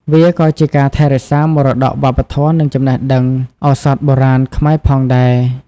វាក៏ជាការថែរក្សាមរតកវប្បធម៌ និងចំណេះដឹងឱសថបុរាណខ្មែរផងដែរ។